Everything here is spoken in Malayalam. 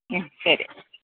മ് ശരി